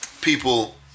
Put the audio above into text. people